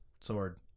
Sword